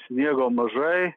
sniego mažai